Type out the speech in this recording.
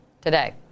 today